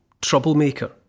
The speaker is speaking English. troublemaker